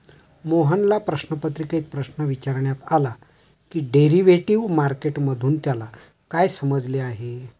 मोहनला प्रश्नपत्रिकेत प्रश्न विचारण्यात आला की डेरिव्हेटिव्ह मार्केट मधून त्याला काय समजले आहे?